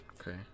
Okay